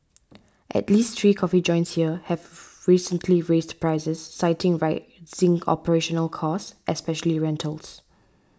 at least three coffee joints here have recently raised prices citing rising operational costs especially rentals